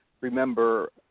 remember